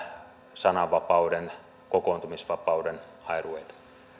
sananvapauden ja kokoontumisvapauden airuita